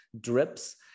drips